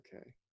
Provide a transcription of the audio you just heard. Okay